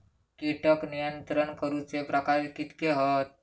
कीटक नियंत्रण करूचे प्रकार कितके हत?